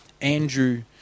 Andrew